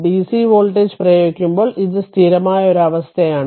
DC voltage പ്രയോഗിക്കുമ്പോൾ ഇത് സ്ഥിരമായ ഒരു അവസ്ഥയാണ്